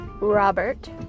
Robert